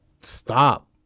stop